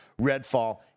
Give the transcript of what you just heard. Redfall